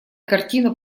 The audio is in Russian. картина